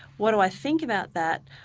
what do i think about that?